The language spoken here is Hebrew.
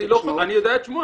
אני יודע את שמו,